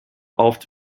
oft